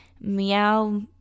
meow